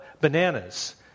bananas